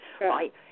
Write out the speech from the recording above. right